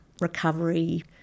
recovery